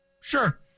sure